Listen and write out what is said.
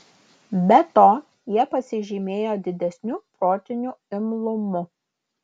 be to jie pasižymėjo didesniu protiniu imlumu